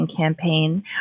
campaign